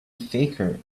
faker